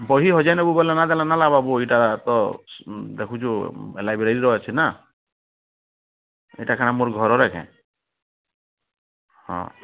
ବହି ହଜେଇ ଦବୁ ବୋଲେ ବହିଟା ତ ଦେଖୁଛୁ ଲାଇବ୍ରେରୀରେ ଅଛି ନା ଏଇଟା କାଣା ମୋର ଘରର କେଁ ହଁ